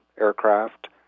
aircraft